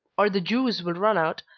or the juice will run out,